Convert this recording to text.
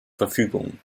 verfügung